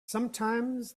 sometimes